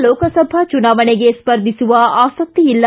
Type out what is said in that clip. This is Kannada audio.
ಬರುವ ಲೋಕಸಭಾ ಚುನಾವಣೆಗೆ ಸ್ಪರ್ಧಿಸುವ ಆಸಕ್ತಿ ಇಲ್ಲ